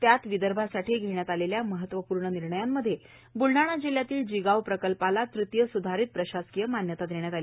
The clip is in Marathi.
त्यात विदर्भासाठी घेण्यात आलेल्या महत्वपूर्ण निर्णयांमध्ये ब्लडाणा जिल्ह्यातील जिगाव प्रकल्पाला तृतीय सुधारित प्रशासकीय मान्यता देण्यात आली